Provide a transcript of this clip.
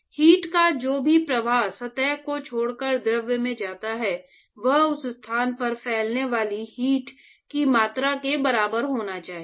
heat का जो भी प्रवाह सतह को छोड़ कर द्रव में जाता है वह उस स्थान पर फैलने वाली हीट की मात्रा के बराबर होना चाहिए